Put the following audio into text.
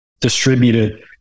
distributed